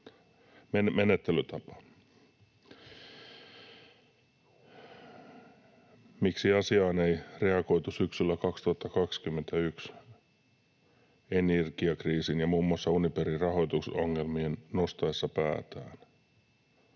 menettelytapa? Miksi asiaan ei reagoitu syksyllä 2021 energiakriisin ja muun muassa Uniperin rahoitusongelmien nostaessa päätään?